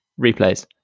replays